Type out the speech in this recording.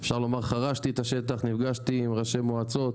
אפשר לומר חרשתי את השטח, נפגשתי עם ראשי מועצות,